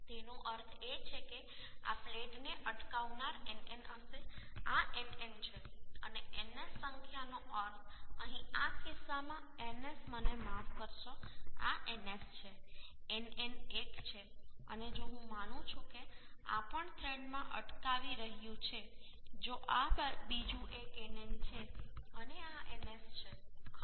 તેનો અર્થ એ છે કે આ પ્લેટને અટકાવનાર nn હશે આ nn છે અને ns સંખ્યાનો અર્થ અહીં આ કિસ્સામાં ns મને માફ કરશો આ ns છે nn એક છે અને જો હું માનું છું કે આ પણ થ્રેડમાં અટકાવી રહ્યું છે તો આ બીજું એક nn છે અને આ ns છે ખરું